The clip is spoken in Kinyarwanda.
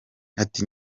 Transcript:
ati